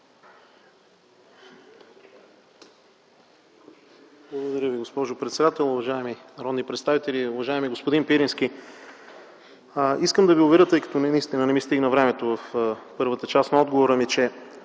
Благодаря Ви, госпожо председател. Уважаеми народни представители, уважаеми господин Пирински! Искам да Ви уверя, тъй като наистина не ми стигна времето в първата част на отговора ми, че